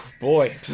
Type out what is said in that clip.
boy